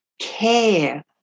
care